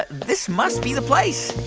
this must be the place